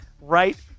right